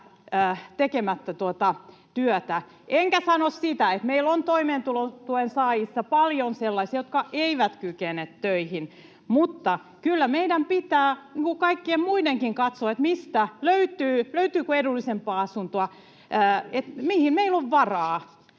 tekemättä työtä. Enkä sano sitä, etteikö meillä ole toimeentulotuen saajissa paljon sellaisia, jotka eivät kykene töihin, mutta kyllä meidän kaikkien muidenkin pitää katsoa, mistä löytyy, löytyykö edullisempaa asuntoa, mihin meillä on varaa.